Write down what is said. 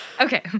Okay